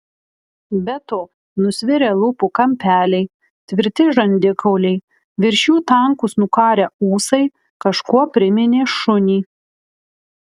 be to nusvirę lūpų kampeliai tvirti žandikauliai virš jų tankūs nukarę ūsai kažkuo priminė šunį